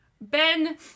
Ben